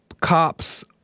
cops